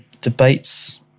debates